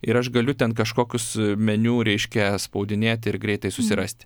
ir aš galiu ten kažkokius meniu reiškia spaudinėt ir greitai susirasti